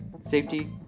safety